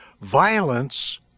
Violence